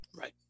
Right